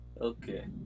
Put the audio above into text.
Okay